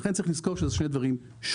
לכן, צריך לזכור שאלו שני דברים שונים.